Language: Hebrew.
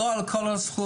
לא על כל הסכום,